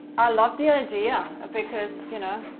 i loved the idea because you know,